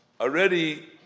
already